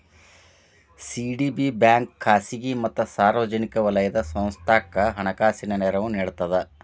CDB bank ಖಾಸಗಿ ಮತ್ತ ಸಾರ್ವಜನಿಕ ವಲಯದ ಸಂಸ್ಥಾಕ್ಕ ಹಣಕಾಸಿನ ನೆರವು ನೇಡ್ತದ